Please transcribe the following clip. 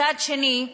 מצד שני,